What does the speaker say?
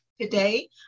Today